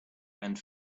and